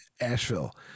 Asheville